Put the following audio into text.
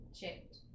checked